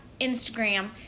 Instagram